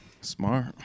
Smart